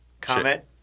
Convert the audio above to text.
comment